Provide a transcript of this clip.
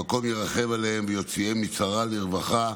המקום ירחם עליהם ויוציאם מצרה לרווחה,